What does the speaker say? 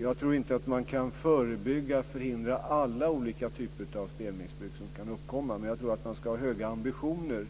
Jag tror inte att man kan förebygga och förhindra alla olika typer av spelmissbruk som kan uppkomma. Men jag tror att man ska ha höga ambitioner.